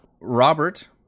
Robert